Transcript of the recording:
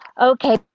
Okay